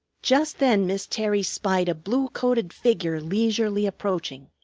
just then miss terry spied a blue-coated figure leisurely approaching.